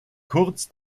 kurz